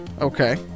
Okay